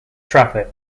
traffic